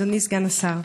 אדוני סגן השר,